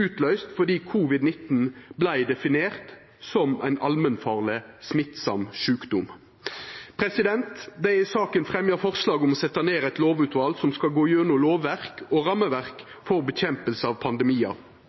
utløyst fordi covid-19 vart definert som ein allmennfarleg smittsam sjukdom. Det er i saka fremja forslag om å setja ned eit lovutval som skal gå gjennom lovverk og rammeverk for innsats mot pandemiar.